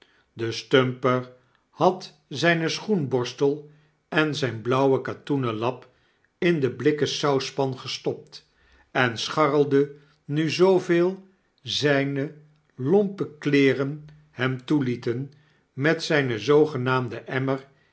de stumper had zyn schoenborstel en zyn blauwen katoenen lap in de blikken sauspan festopt en scharrelde nu zooveel zijne lompe leeren hem toelieten met zyn zoogenaamden emmer